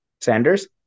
Sanders